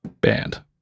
banned